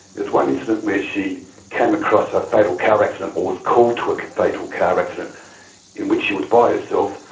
there's one incident where she came across a fatal car accident or was called to a fatal car accident in which she was by herself.